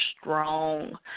strong